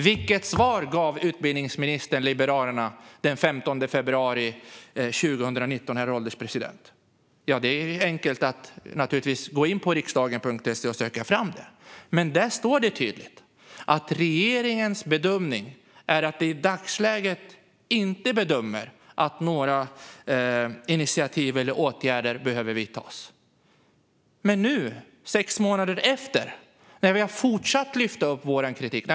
Vilket svar gav då utbildningsministern Liberalerna den 15 februari 2019, herr ålderspresident? Det är naturligtvis enkelt att gå in på riksdagen.se och söka fram det. Det står tydligt: Regeringen bedömer i dagsläget inte att några initiativ eller åtgärder behövs. Nu har det gått sex månader. Vi har fortsatt att lyfta fram vår kritik.